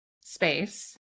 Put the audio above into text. space